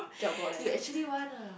you actually want ah